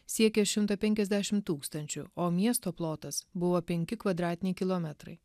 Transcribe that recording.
siekė šimtą penkiasdešim tūkstančių o miesto plotas buvo penki kvadratiniai kilometrai